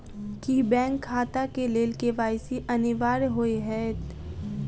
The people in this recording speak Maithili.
की बैंक खाता केँ लेल के.वाई.सी अनिवार्य होइ हएत?